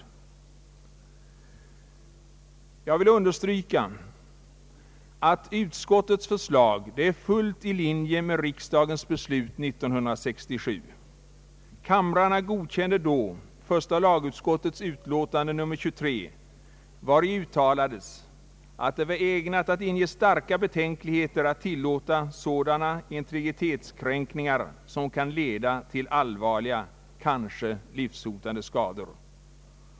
Vidare vill jag understryka att utskottets förslag är helt i linje med riksdagens beslut 1967. Kamrarna godkände då första lagutskottets utlåtande nr 23, vari uttalades att det var ägnat att inge starka betänkligheter att tillåta sådana integritetskränkningar som kan leda till allvarliga, kanske livshotande skador.